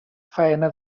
faena